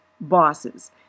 bosses